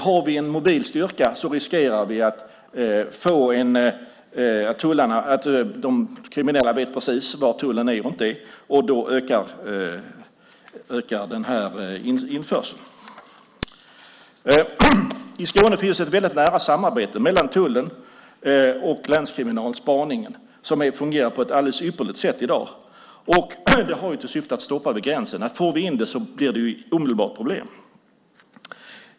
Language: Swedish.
Har vi en mobil styrka riskerar vi att de kriminella vet precis var tullen är, och då ökar införseln. I Skåne finns ett väldigt nära samarbete mellan tullen och länskriminalspaningen som fungerar på ett alldeles ypperligt sätt i dag. Det har till syfte att stoppa denna införsel vid gränsen. Om vi får in detta blir det omedelbart problem.